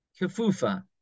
kefufa